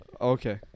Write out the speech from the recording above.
Okay